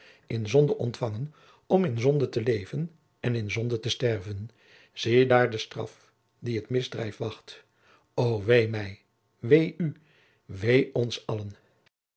in zonde ontfangen om in zonde te leven en in zonde te sterven ziedaar de straf die het misdrijf wacht o wee mij wee u wee ons allen